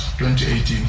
2018